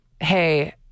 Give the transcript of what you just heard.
Hey